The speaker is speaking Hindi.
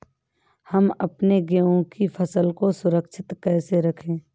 हम अपने गेहूँ की फसल को सुरक्षित कैसे रखें?